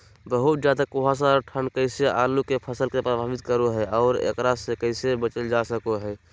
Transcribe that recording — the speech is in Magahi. बहुत ज्यादा कुहासा और ठंड कैसे आलु के फसल के प्रभावित करो है और एकरा से कैसे बचल जा सको है?